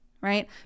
right